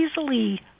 easily